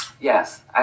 Yes